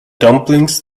dumplings